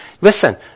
listen